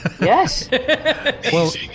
Yes